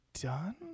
done